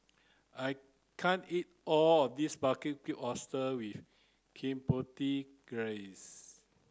I can't eat all of this Barbecued Oysters with Chipotle Glaze